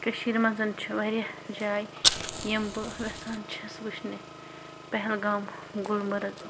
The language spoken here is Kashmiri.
کٔشیٖر منٛز چھِ واریاہ جایہِ یِم بہٕ یَژھان چھس وٕچھٕنہِ پہلگام گُلمرگ